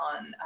on